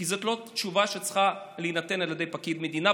כי זאת לא תשובה שצריכה להינתן על ידי פקיד מדינה,